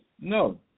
no